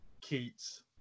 Keats